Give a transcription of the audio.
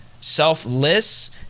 selfless